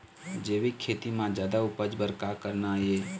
जैविक खेती म जादा उपज बर का करना ये?